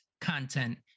content